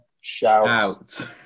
shout